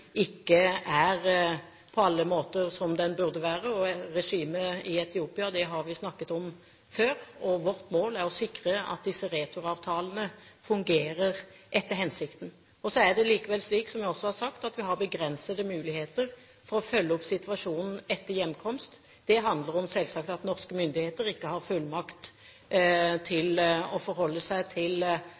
på alle måter er som den burde være. Regimet i Etiopia har vi snakket om før. Vårt mål er å sikre at disse returavtalene fungerer etter hensikten. Så er det likevel slik, som jeg også har sagt, at vi har begrensede muligheter for å følge opp situasjonen etter hjemkomst. Det handler selvsagt om at norske myndigheter ikke har fullmakt til å